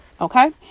Okay